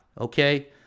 okay